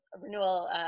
Renewal